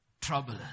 trouble